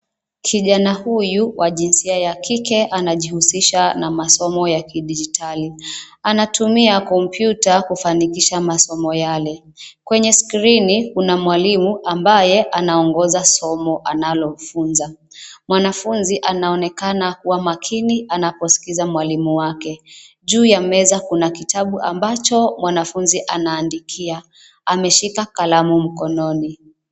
Kijana huyu, wa jinsia ya kike anajihusisha na masomo ya kidijitali. Anatumia kompyuta kufanikisha masomo yale. Kwenye skrini, kuna mwalimu ambaye anaongoza somo analomfunza. Mwanafunzi anaonekana kuwa makini anaposikiza mwalimu wake. Juu ya meza kuna kitabu ambacho mwanafunzi anaandikia. Ameshika kalamu mkononi.